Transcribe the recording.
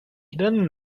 hidden